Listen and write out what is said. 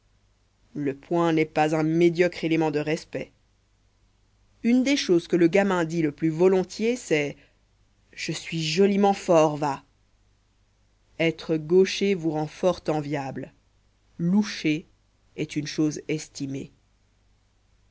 le poing n'est pas un médiocre élément de respect une des choses que le gamin dit le plus volontiers c'est je suis joliment fort va être gaucher vous rend fort enviable loucher est une chose estimée